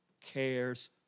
cares